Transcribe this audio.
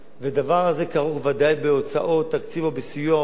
הדבר הזה כרוך בוודאי בהוצאות תקציב ונידרש